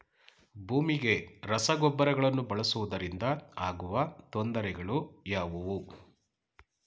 ಭೂಮಿಗೆ ರಸಗೊಬ್ಬರಗಳನ್ನು ಬಳಸುವುದರಿಂದ ಆಗುವ ತೊಂದರೆಗಳು ಯಾವುವು?